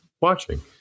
watching